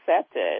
accepted